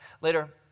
Later